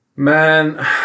Man